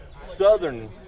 Southern